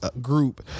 group